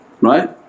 right